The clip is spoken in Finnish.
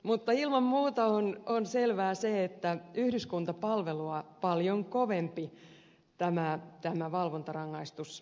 mutta ilman muuta on selvää se että yhdyskuntapalvelua paljon kovempi tämä valvontarangaistus on